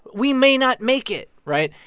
we may not make it, right?